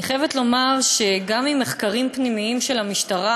אני חייבת לומר שגם ממחקרים פנימיים של המשטרה